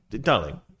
Darling